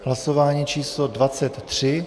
Hlasování číslo 23.